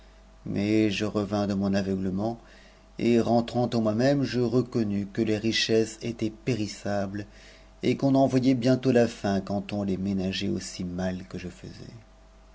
mais je mon avpu fmcnt et rentrant fnntoi mcmc je reconnus que les richesses étaient périssables et qu'on en voyait bientôt la fin quand on les ménageait aussi mal que je faisais